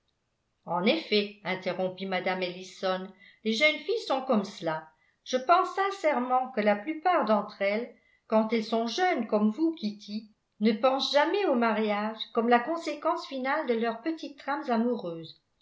en effet interrompit mme ellison les jeunes filles sont comme cela je pense sincèrement que la plupart d'entre elles quand elles sont jeunes comme vous kitty ne pensent jamais au mariage comme la conséquence finale de leurs petites trames amoureuses